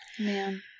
Man